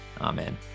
Amen